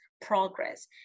progress